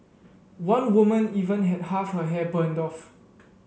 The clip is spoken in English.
one woman even had half her hair burned off